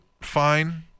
fine